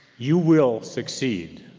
you will succeed.